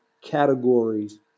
categories